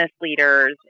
leaders